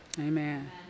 Amen